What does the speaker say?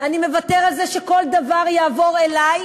אני מוותר על זה שכל דבר יעבור אלי,